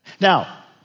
Now